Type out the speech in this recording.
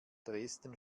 dresden